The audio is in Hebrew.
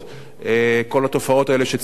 כל התופעות שציינת,